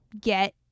get